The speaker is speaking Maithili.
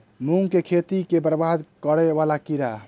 मूंग की खेती केँ बरबाद करे वला कीड़ा?